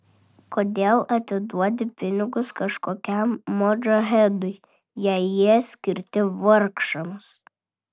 kodėl atiduodi pinigus kažkokiam modžahedui jei jie skirti vargšams